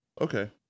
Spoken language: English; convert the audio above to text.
Okay